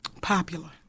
Popular